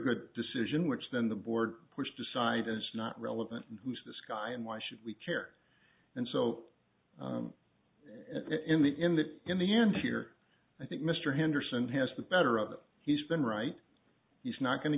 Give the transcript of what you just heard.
good decision which then the board pushed aside and it's not relevant who's this guy and why should we care and so in the in the in the end here i think mr henderson has the better of it he's been right he's not go